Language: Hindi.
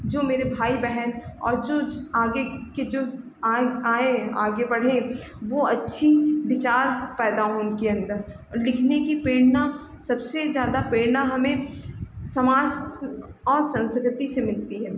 जो मेरे भाई बहन और जो जो आगे के जो आए आए हैं आगे बढ़ें वह अच्छे विचार पैदा हों उनके अन्दर और लिखने की प्रेरणा सबसे ज़्यादा प्रेरणा हमें समाज और सँस्कृति से मिलती है